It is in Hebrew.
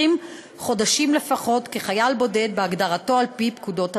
חודשים לפחות כחייל בודד בהגדרתו על-פי פקודות הצבא.